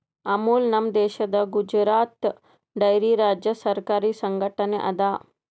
ಅಮುಲ್ ನಮ್ ದೇಶದ್ ಗುಜರಾತ್ ಡೈರಿ ರಾಜ್ಯ ಸರಕಾರಿ ಸಂಘಟನೆ ಅದಾ